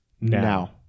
now